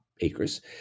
acres